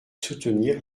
soutenir